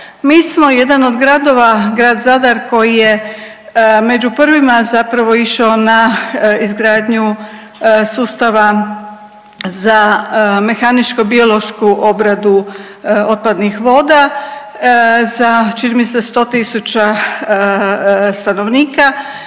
Mi smo jedan od gradova, grad Zadar koji je među prvima zapravo išao na izgradnju sustava za mehaničko-biološku obradu otpadnih voda za čini mi se sto tisuća stanovnika